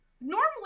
normally